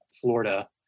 Florida